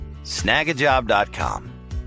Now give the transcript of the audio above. snagajob.com